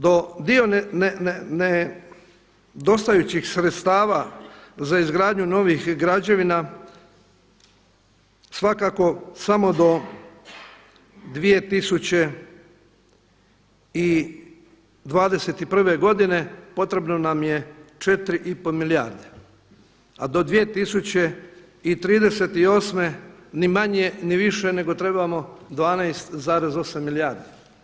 Do nedostajućih sredstava za izgradnju novih građevina svakako samo do 2021. godine potrebno nam je 4 i pol milijarde, a do 2038. ni manje, ni više nego trebamo 12,8 milijardi.